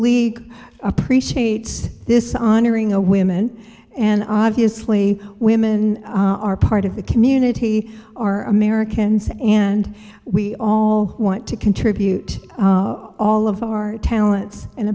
league appreciates this honoring a women an obviously women are part of the community are americans and we all want to contribute all of our talents and